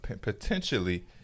potentially